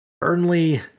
Burnley